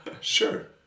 Sure